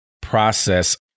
process